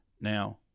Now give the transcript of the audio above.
Now